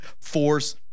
force